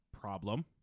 problem